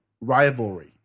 rivalry